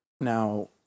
Now